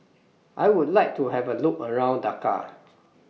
I Would like to Have A Look around Dakar